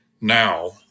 Now